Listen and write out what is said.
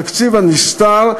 התקציב הנסתר,